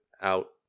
out